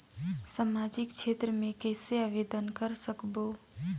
समाजिक क्षेत्र मे कइसे आवेदन कर सकबो?